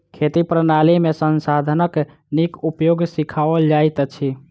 खेती प्रणाली में संसाधनक नीक उपयोग सिखाओल जाइत अछि